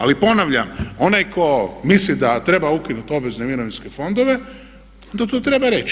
Ali ponavljam, onaj tko misli da treba ukinuti obvezne mirovinske fondove onda to treba reći.